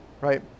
right